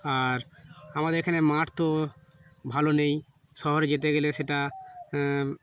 আর আমাদের এখানে মাঠ তো ভালো নেই শহরে যেতে গেলে সেটা